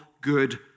good